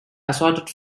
assorted